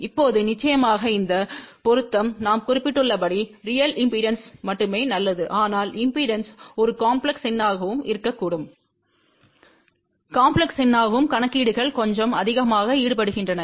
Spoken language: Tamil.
இப்போது நிச்சயமாக இந்த பொருத்தம் நாம் குறிப்பிட்டுள்ளபடி ரியல் இம்பெடன்ஸ்க்கு மட்டுமே நல்லது ஆனால் இம்பெடன்ஸ் ஒரு காம்ப்லெஸ் எண்ணாகவும்mஇருக்கக்கூடும் காம்ப்லெஸ் எண்ணாகவும் கணக்கீடுகள் கொஞ்சம் அதிகமாக ஈடுபடுகின்றன